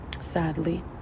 sadly